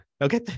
Okay